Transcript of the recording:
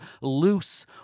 loose